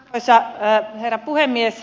arvoisa herra puhemies